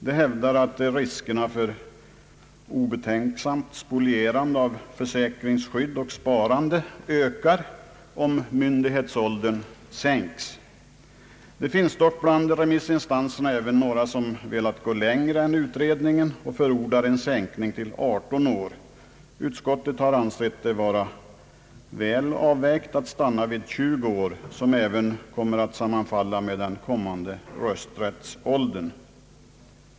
De hävdar att riskerna för obetänksamt spolierande av försäkringsskydd och sparande ökar, om :myndighetsåldern sänks. Det finns dock bland remissinstanserna några som velat gå längre än utredningen och förordar en sänkning till 18 år. Utskottet har ansett det väl avvägt att stanna för en sänkning av myndighetsåldern till 20 år, vilket även sammanfaller med den kommande rösträttsåldern.